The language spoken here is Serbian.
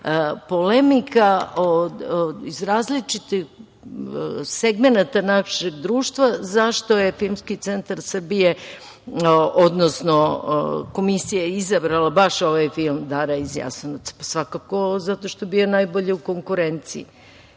polemika iz različitih segmenata našeg društva zašto je Filmski centar Srbije, odnosno komisija izabrala baš ovaj film „Dara iz Jasenovca“. Svakako, zato što je bio najbolji u konkurenciji.